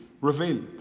revealed